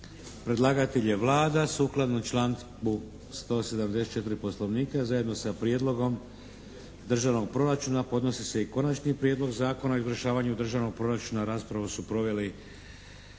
Predlagatelj je Vlada. Sukladno članku 174. Poslovnika zajedno sa prijedlogom državnog proračuna podnosi se i Konačni prijedlog Zakona o izvršavanju Državnog proračuna. Raspravu su proveli